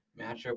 matchup